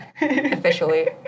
Officially